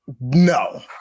No